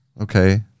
Okay